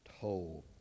told